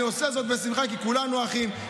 אני עושה זאת בשמחה, כי כולנו אחים.